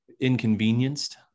inconvenienced